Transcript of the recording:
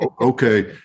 okay